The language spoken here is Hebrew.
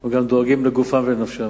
אנחנו גם דואגים לגופם ולנפשם.